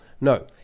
No